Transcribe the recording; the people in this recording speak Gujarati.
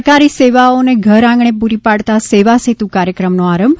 સરકારી સેવાઓને ઘરઆંગણે પૂરી પાડતા સેવાસેતુ કાર્યક્રમનો આરંભ